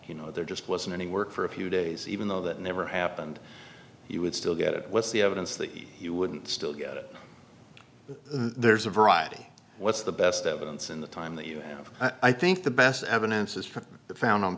you know there just wasn't any work for a few days even though that never happened he would still get it what's the evidence that he wouldn't still get it there's a variety what's the best evidence in the time that you have i think the best evidence is f